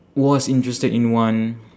was interested in one